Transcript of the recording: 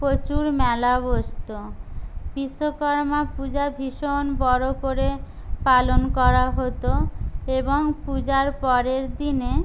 প্রচুর মেলা বসত বিশ্বকর্মা পূজা ভীষণ বড় করে পালন করা হতো এবং পূজার পরের দিনে